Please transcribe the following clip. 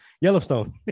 Yellowstone